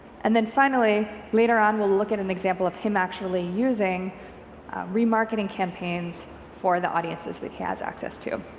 and then finally later on we'll look at an example of him actually using re marketing campaigns for the audiences that he has access to.